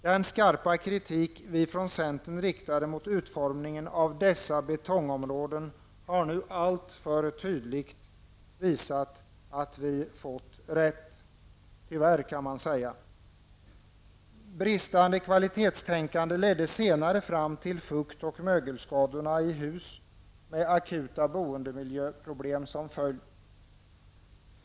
Den skarpa kritik vi från centern riktade mot utformningen av dessa betongområden har nu -- tyvärr, kan man säga -- alltför tydligt visa sig vara befogad. Bristande kvalitetstänkande ledde senare fram till fukt och mögelskador i hus, med akuta boendemiljöproblem som följd.